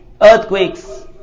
earthquakes